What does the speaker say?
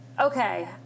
Okay